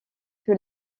que